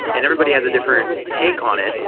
and everybody has a different take on it.